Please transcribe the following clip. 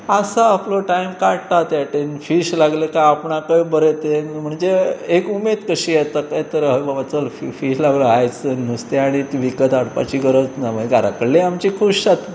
आसा आपलो टायम काडटा त्यावटेन फीश लागले काय आपणाकय बरें ते म्हणजे एक उमेद कशी येता काय तर हय बाबा चल फीश लागलो आयज नुस्तें आनी विकत हाडपाची गरज ना मागीर घरा कडली आमची खूश जाता